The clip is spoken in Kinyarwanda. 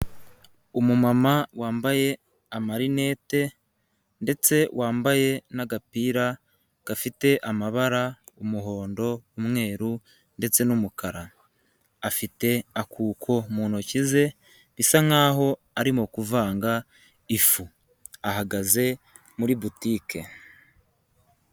Umumama wambaye amarinete ndetse wambaye n'agapira gafite amabara umuhondo, umweru ndetse n'umukara. Afite akuko mu ntoki ze bisa nkaho arimo kuvanga ifu. Ahagaze muri boutique.